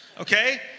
okay